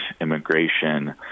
immigration